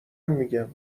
میگم